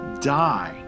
die